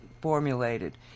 formulated